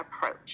approach